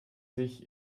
sich